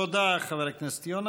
תודה, חבר הכנסת יונה.